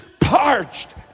parched